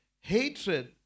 Hatred